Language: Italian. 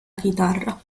chitarra